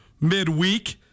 midweek